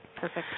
Perfect